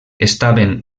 estaven